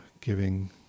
giving